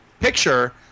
Picture